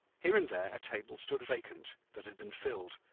here and there a table stood vacant, that had been filled,